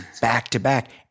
back-to-back